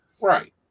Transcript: Right